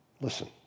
Listen